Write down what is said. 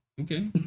Okay